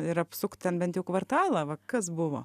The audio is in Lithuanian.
ir apsukt ten bent jau kvartalą va kas buvo